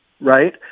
Right